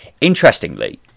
interestingly